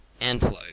Antelope